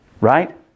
right